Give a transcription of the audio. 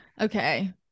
Okay